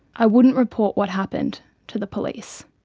i wouldn't report what happened to the police.